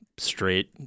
straight